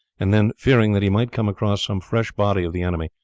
and then, fearing that he might come across some fresh body of the enemy,